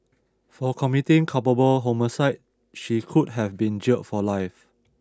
for committing culpable homicide she could have been jailed for life